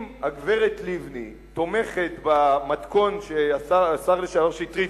אם הגברת לבני תומכת במתכון שהשר לשעבר שטרית